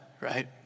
right